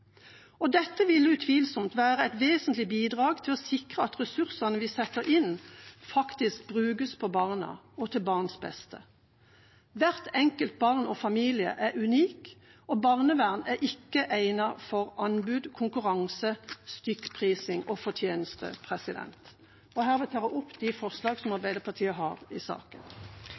ansatte. Dette vil utvilsomt være et vesentlig bidrag til å sikre at ressursene vi setter inn, faktisk brukes på barna og til barns beste. Hvert enkelt barn og hver familie er unik, og barnevern er ikke egnet for anbud, konkurranse, stykkprising og fortjeneste. Herved tar jeg opp de forslagene Arbeiderpartiet har i saken.